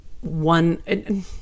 one